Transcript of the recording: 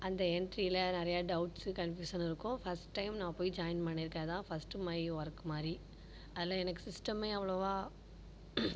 அந்த என்ட்ரியில் நிறையா டௌட்ஸு கன்ஃப்யூஷன் இருக்கும் ஃபர்ஸ்ட் டைம் நான் போய் ஜாய்ன் பண்ணியிருக்கேன் அதுதான் ஃபர்ஸ்ட்டு மை ஒர்க் மாதிரி அதில் எனக்கு சிஸ்டமே அவ்வளோவா